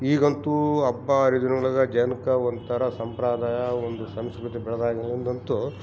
ಈಗಂತೂ ಹಬ್ಬ ಹರಿದಿನ್ದಾಗೆ ಜನ್ಕೆ ಒಂಥರ ಸಂಪ್ರದಾಯ ಒಂದು ಸಂಸ್ಕೃತಿ ಬೆಳೆದಾಗನಂತೂ